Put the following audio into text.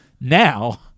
now